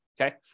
okay